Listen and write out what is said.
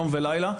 יום ולילה,